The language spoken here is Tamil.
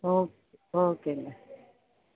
ஓக் ஓகேங்க